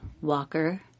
Walker